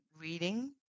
reading